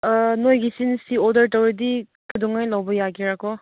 ꯑꯥ ꯅꯣꯏꯒꯤꯁꯤ ꯉꯁꯤ ꯑꯣꯗꯔ ꯇꯧꯔꯗꯤ ꯀꯩꯗꯧꯉꯩ ꯂꯧꯕ ꯌꯥꯒꯦꯔꯥꯀꯣ